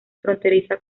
fronteriza